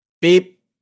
Beep